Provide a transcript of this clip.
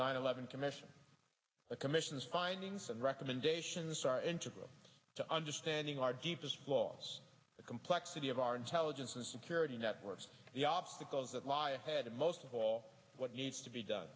nine eleven commission the commission's findings and recommendations are integral to understanding our deepest flaws the complexity of our intelligence and security networks the obstacles that lie ahead and most of all what needs to be done